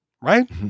Right